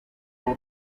w’u